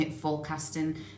Forecasting